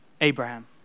Abraham